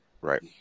Right